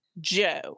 Joe